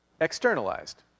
externalized